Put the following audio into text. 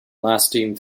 lasting